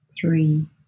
three